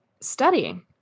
studying